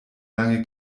lange